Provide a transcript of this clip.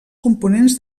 components